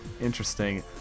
Interesting